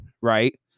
Right